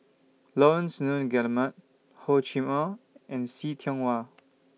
Laurence Nunns Guillemard Hor Chim Or and See Tiong Wah